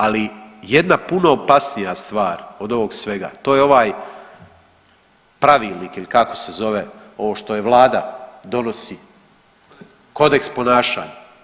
Ali jedna puno opasnija stvar od ovog svega to je ovaj pravilnik ili kako se zove, ovo što je vlada donosi, kodeks ponašanja.